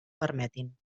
permetin